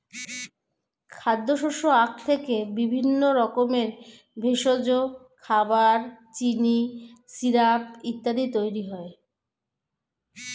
খাদ্যশস্য আখ থেকে বিভিন্ন রকমের ভেষজ, খাবার, চিনি, সিরাপ ইত্যাদি তৈরি হয়